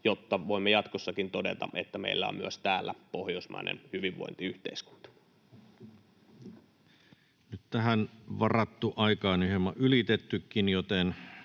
jotta voimme jatkossakin todeta, että meillä on myös täällä pohjoismainen hyvinvointiyhteiskunta. [Speech 44] Speaker: Eemeli Peltonen